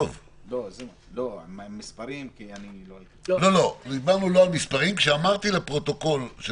אני לא רוצה את המספרים, כי